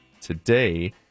today